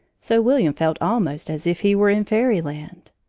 so william felt almost as if he were in fairyland.